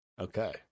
Okay